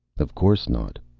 of course not.